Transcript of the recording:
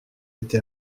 été